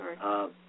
Sorry